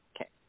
Okay